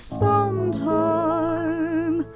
sometime